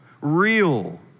real